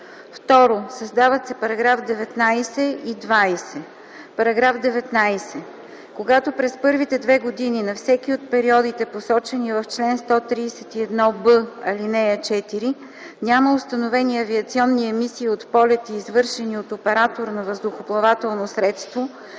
2. Създават се § 19 и § 20: „§ 19. Когато през първите две години на всеки от периодите, посочени в чл. 131б, ал. 4, няма установени авиационни емисии от полети, извършени от оператор на въздухоплавателно средство,